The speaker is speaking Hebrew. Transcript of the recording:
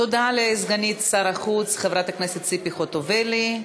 תודה לסגנית שר החוץ חברת הכנסת ציפי חוטובלי.